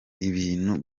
ibintu